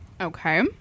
Okay